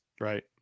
Right